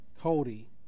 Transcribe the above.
Cody